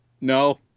No